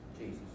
Jesus